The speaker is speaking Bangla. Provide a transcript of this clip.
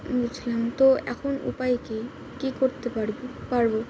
বুঝলাম তো এখন উপায় কি কী করতে পারবো পারবো